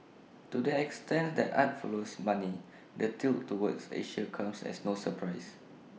to the extent that art follows money the tilt towards Asia comes as no surprise